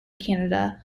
canada